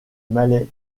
malais